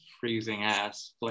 freezing-ass